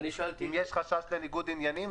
עם יש חשש לניגוד עניינים,